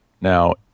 now